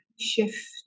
shift